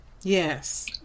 Yes